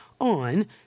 on